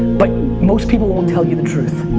but most people won't tell you the truth.